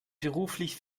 beruflich